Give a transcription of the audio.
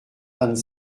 vingt